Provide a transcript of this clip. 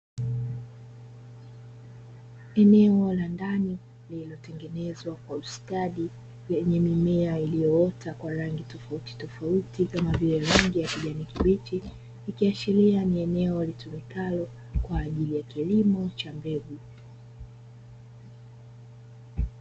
Eneo la ndani lililotengenezwa kwa ustadi, lenye mimea iliyoota kwa rangi tofauti tofauti kama vile rangi ya kijani kibichi, ikiashiria ni eneo litumikalo kwa ajili ya kilimo cha mbegu.